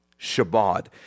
Shabbat